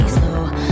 slow